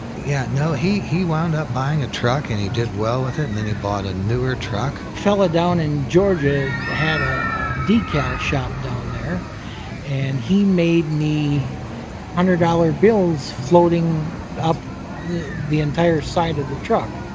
yeah. no, he he wound up buying a truck and he did well with it and then he bought a newer truck. fella down in georgia had a decal shop down there and he made me. a hundred-dollar bills floating up the the entire side of the truck.